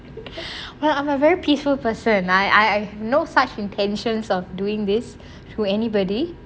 well I'm a very peaceful person I I have know such intentions of doing this to anybody